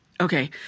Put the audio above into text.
Okay